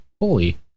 Holy